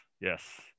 Yes